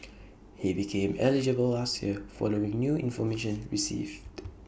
he became eligible last year following new information received